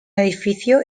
edificio